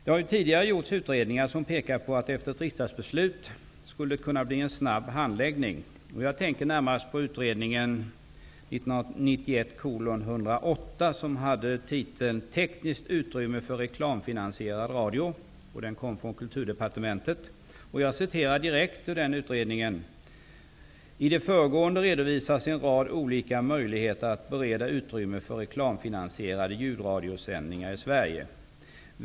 Det har tidigare gjorts utredningar som pekar på att det efter ett riksdagsbeslut skulle kunna bli en snabb handläggning. Jag tänker närmast på utredningen 1991:108, som hade titeln Tekniskt utrymme för reklamfinansierad radio och som kom från Kulturdepartementet. I den utredningen skriver man: ''I det föregående redovisas en rad olika möjligheter att bereda utrymme för reklamfinansierade ljudradiosändningar i Sverige.